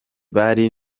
bari